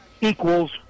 equals